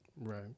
right